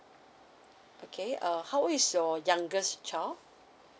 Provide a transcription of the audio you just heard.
okay uh how old is your youngest child